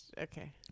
okay